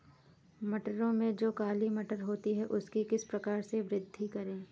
मटरों में जो काली मटर होती है उसकी किस प्रकार से वृद्धि करें?